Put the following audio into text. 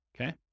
Okay